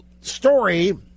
story